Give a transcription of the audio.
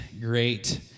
great